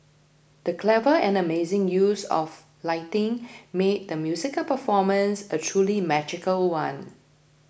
the clever and amazing use of lighting made the musical performance a truly magical one